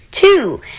two